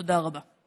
תודה רבה.